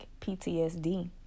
PTSD